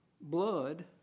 Blood